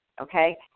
okay